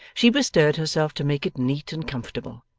she bestirred herself to make it neat and comfortable,